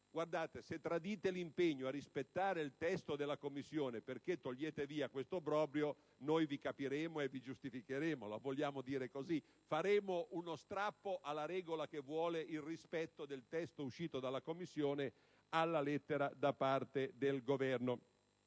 Guardate, se tradirete l'impegno a rispettare il testo definito in Commissione perché togliete questo obbrobrio, noi vi capiremo e vi giustificheremo. La vogliamo dire così? Faremo uno strappo alla regola che vuole il rispetto alla lettera del testo uscito dalla Commissione da parte del Governo.